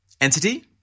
entity